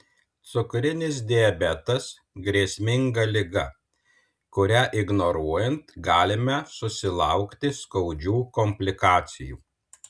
cukrinis diabetas grėsminga liga kurią ignoruojant galime susilaukti skaudžių komplikacijų